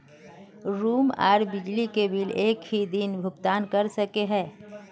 Room आर बिजली के बिल एक हि दिन भुगतान कर सके है?